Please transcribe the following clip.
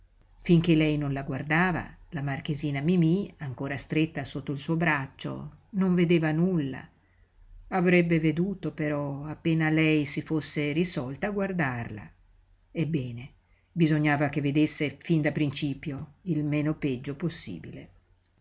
finché lei non la guardava la marchesina mimí ancora stretta sotto il suo braccio non vedeva nulla avrebbe veduto però appena lei si fosse risolta a guardarla ebbene bisognava che vedesse fin da principio il meno peggio possibile